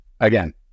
again